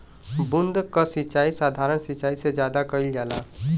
बूंद क सिचाई साधारण सिचाई से ज्यादा कईल जाला